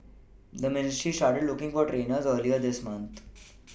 the ministry started looking for trainers earlier this month